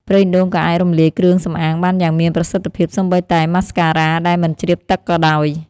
ប្រេងដូងក៏អាចរំលាយគ្រឿងសម្អាងបានយ៉ាងមានប្រសិទ្ធភាព សូម្បីតែម៉ាស្ការ៉ាដែលមិនជ្រាបទឹកក៏ដោយ។